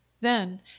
Then